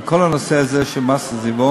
אבל כל הנושא הזה של מס עיזבון,